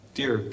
dear